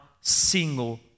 single